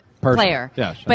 player